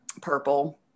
purple